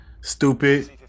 Stupid